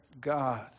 God